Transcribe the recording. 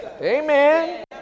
Amen